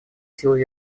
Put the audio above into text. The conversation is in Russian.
силу